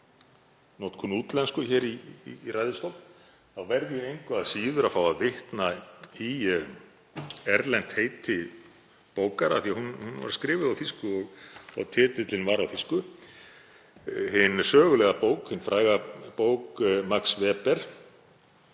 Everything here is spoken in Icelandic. notkun útlensku hér í ræðustól, þá verð ég engu að síður að fá að vitna í erlent heiti bókar, af því að hún var skrifuð á þýsku og titillinn var á þýsku; hin sögulega og fræga bók Max Webers,